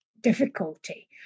difficulty